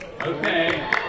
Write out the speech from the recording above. Okay